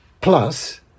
plus